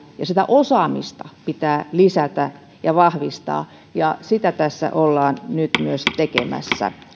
ja osaamista lisätä ja vahvistaa ja sitä tässä ollaan nyt myös tekemässä